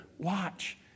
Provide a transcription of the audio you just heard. Watch